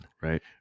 right